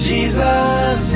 Jesus